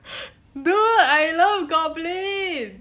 dude I love goblin